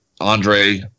Andre